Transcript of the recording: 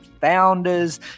founders